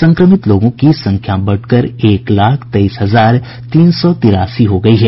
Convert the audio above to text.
संक्रमित लोगों की संख्या बढ़कर एक लाख तेईस हजार तीन सौ तिरासी हो गयी है